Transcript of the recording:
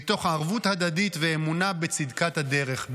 מתוך ערבות הדדית ואמונה בצדקת הדרך,